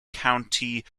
county